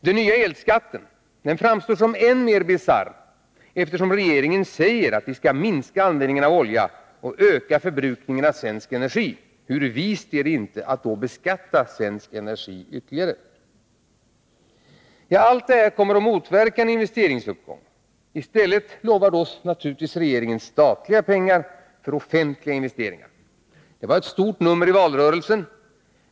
Den nya elskatten framstår som än mer bisarr, eftersom regeringen säger att vi skall minska användningen av olja och öka förbrukningen av svensk energi. Hur vist är det inte att då beskatta svensk energi ytterligare! Allt detta kommer att motverka en investeringsuppgång. I stället lovar regeringen naturligtvis statliga pengar för offentliga investeringar. Det var ett stort nummer i valrörelsen.